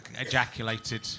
ejaculated